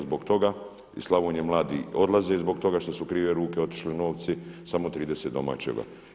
Zbog toga iz Slavonije mladi odlaze, zbog toga što su u krive ruke otišli novci, samo 30 domaćega.